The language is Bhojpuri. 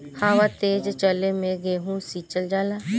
हवा तेज चलले मै गेहू सिचल जाला?